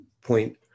point